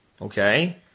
okay